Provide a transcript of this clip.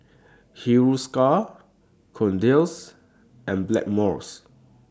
Hiruscar Kordel's and Blackmores